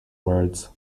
words